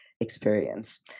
experience